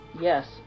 Yes